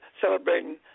celebrating